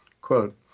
Quote